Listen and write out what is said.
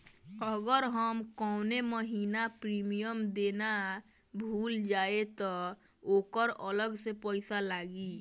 अगर हम कौने महीने प्रीमियम देना भूल जाई त ओकर अलग से पईसा लागी?